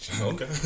Okay